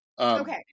Okay